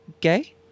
gay